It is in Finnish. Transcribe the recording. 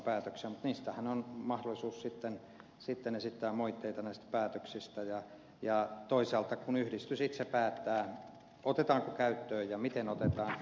mutta näistä päätöksistähän on mahdollisuus sitten esittää moitteita ja toisaalta yhdistys itse päättää otetaanko käyttöön ja miten otetaan